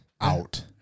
out